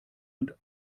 und